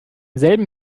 selben